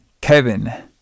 Kevin